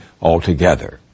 altogether